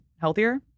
healthier